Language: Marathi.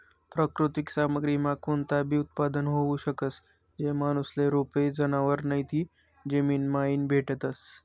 प्राकृतिक सामग्रीमा कोणताबी उत्पादन होऊ शकस, जे माणूसले रोपे, जनावरं नैते जमीनमाईन भेटतस